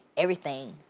everything.